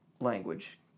language